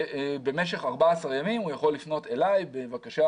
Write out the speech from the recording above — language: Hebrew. ובמשך 14 ימים הוא יכול לפנות אלי בבקשה